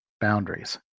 boundaries